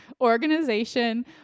organization